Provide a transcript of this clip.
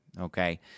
Okay